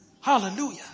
Hallelujah